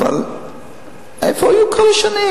אבל איפה היו כל השנים?